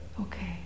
Okay